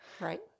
right